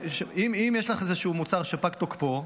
אם יש לך איזשהו מוצר שפג תוקפו,